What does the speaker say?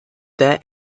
their